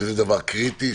שזה דבר קריטי,